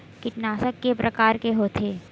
कीटनाशक के प्रकार के होथे?